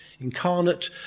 incarnate